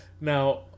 Now